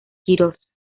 quirós